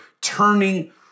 turning